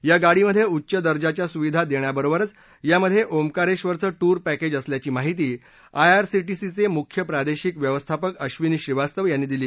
या गाडीमध्ये उच्च दर्जाच्या सुविधा देण्यावरोबरच यामध्ये ओकारेबरच ्वि पॅकेज असल्याची माहिती आयआरसी सीचे मुख्य प्रादेशिक व्यवस्थापक अब्बिनी श्रीवास्तव यांनी दिली